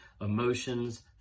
emotions